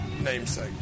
Namesake